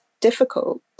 difficult